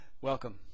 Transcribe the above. Welcome